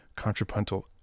contrapuntal